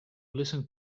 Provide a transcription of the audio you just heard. listen